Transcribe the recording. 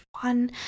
one